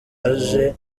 aje